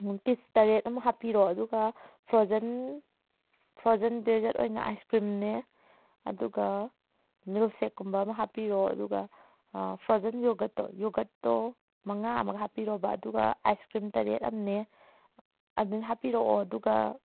piece ꯇꯔꯦꯠ ꯑꯃ ꯍꯥꯞꯄꯤꯔꯣ ꯑꯗꯨꯒ ꯐ꯭ꯔꯣꯖꯟ ꯐ꯭ꯔꯣꯖꯟ ꯗꯦꯖꯔꯠ ꯑꯣꯏꯅ ꯑꯥꯏꯁ ꯀ꯭ꯔꯤꯝꯅꯦ ꯑꯗꯨꯒ ꯃꯤꯜꯛ ꯁꯦꯛ ꯀꯨꯝꯕ ꯑꯃ ꯍꯥꯞꯄꯤꯔꯣ ꯑꯗꯨꯒ ꯐ꯭ꯔꯣꯖꯟ ꯌꯣꯒꯔꯠꯇꯣ ꯌꯣꯒꯔꯠꯇꯣ ꯃꯉꯥ ꯑꯃꯒ ꯍꯥꯞꯄꯤꯔꯣꯕ ꯑꯗꯨꯒ ꯑꯥꯏꯁ ꯀ꯭ꯔꯤꯝ ꯇꯔꯦꯠ ꯑꯃꯅꯦ ꯑꯗꯥꯏꯅ ꯍꯥꯄꯤꯔꯛꯑꯣ ꯑꯗꯨꯒ